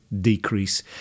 decrease